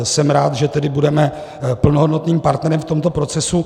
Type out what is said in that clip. Jsem rád, že tedy budeme plnohodnotným partnerem v tomto procesu.